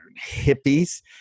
hippies